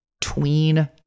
tween